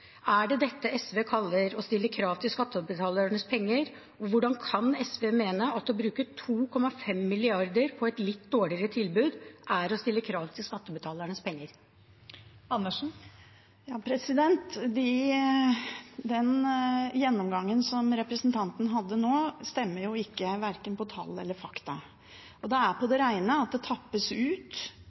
Er det dette SV kaller å stille krav til skattebetalernes penger? Hvordan kan SV mene at det å bruke 2,5 mrd. kr på et litt dårligere tilbud er å stille krav til skattebetalernes penger? Den gjennomgangen som representanten hadde nå, stemmer ikke når det gjelder verken tall eller fakta. Det er på det rene at det tappes ut